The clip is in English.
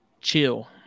chill